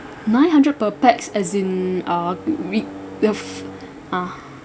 nine hundred per pax as in uh re~ the